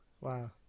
Wow